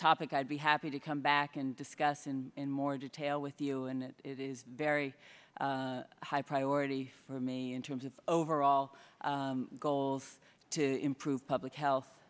topic i'd be happy to come back and discuss in in more detail with you and it is very high priority for me in terms of overall goals to improve public health